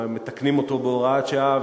מתקנים אותו בהוראת שעה,